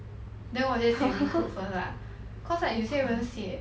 then 我 just include first lah cause like 有些人写